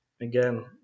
Again